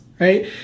right